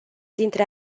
dintre